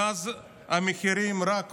מאז המחירים רק עולים,